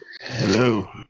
Hello